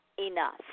enough